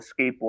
skateboard